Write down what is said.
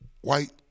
white